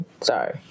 sorry